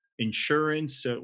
insurance